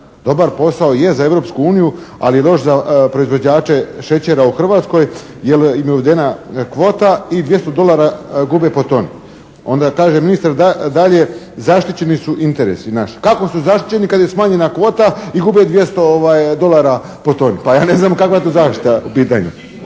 Dobar posao je za Europsku uniju, ali loš za proizvođače šećera u Hrvatskoj jer im je uvedena kvota i 200 dolara gube po toni. Onda kaže ministar dalje, zaštićeni su interesi naši. Kako su zaštićeni kad je smanjena kvota i gube 200 dolara po toni. Pa ja ne znam kakva je tu zaštita u pitanju.